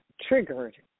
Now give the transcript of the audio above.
triggered